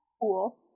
cool